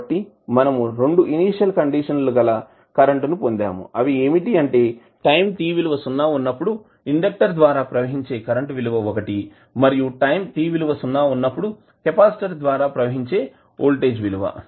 కాబట్టి మనము రెండు ఇనీషియల్ కండిషన్ లు గల కరెంటు ని పొందాము అవి ఏమిటి అంటే టైం t విలువ సున్నా వున్నప్పుడు ఇండెక్టర్ ద్వారా ప్రవహించే కరెంటు విలువ ఒకటి మరియు టైం t విలువ సున్నా ఉన్నప్పుడు కెపాసిటర్ ద్వారా ప్రవహించే వోల్టేజ్ విలువ